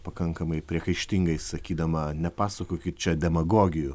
pakankamai priekaištingai sakydama nepasakokit čia demagogijų